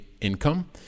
income